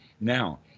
Now